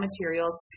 materials